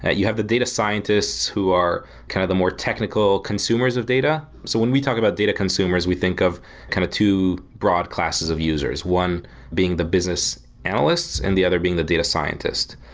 and you have the data scientists who are kind of the more technical consumers of data. so when we talk about data consumers we think of kind of two broad classes of users. one being the business analysts, and the other being the data scientist.